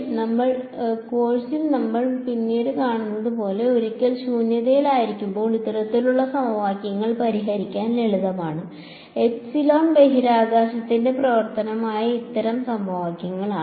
അതിനാൽ കോഴ്സിൽ നമ്മൾ പിന്നീട് കാണുന്നത് പോലെ ഒരിക്കൽ ശൂന്യതയിലായിരിക്കുമ്പോൾ ഇത്തരത്തിലുള്ള സമവാക്യങ്ങൾ പരിഹരിക്കാൻ ലളിതമാണ് എപ്സിലോൺ ബഹിരാകാശത്തിന്റെ പ്രവർത്തനമായ ഇത്തരം സമവാക്യങ്ങളാണ്